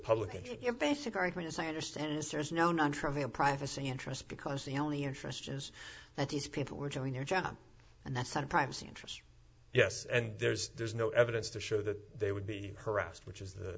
interest your basic argument as i understand is there's no non trivial privacy interest because the only interest is that these people were showing their job and that's not a privacy interest yes and there's there's no evidence to show that they would be harassed which is